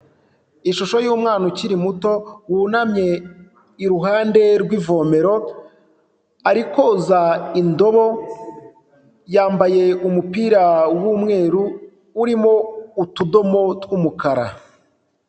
Ishusho y'umwana ukiri muto wunamye iruhande rw'ivomero, ari koza indobo, yambaye umupira w'umweru urimo utudomo tw'umukara.